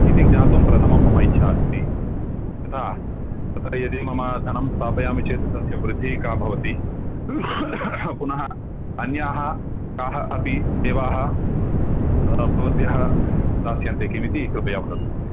इति ज्ञातुं प्रथमं मम इच्छा अस्ति यथा अत्र यदि मम धनं स्थापयामि चेत् तस्य वृद्धिः का भवति पुनः अन्याः काः अपि सेवाः भवद्भ्यः दास्यन्ते किम् इति कृपया वदतु महोदय